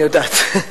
אני יודעת.